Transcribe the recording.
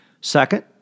Second